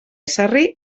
ezarri